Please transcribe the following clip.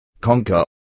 conquer